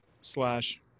slash